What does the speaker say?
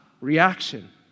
reaction